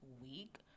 week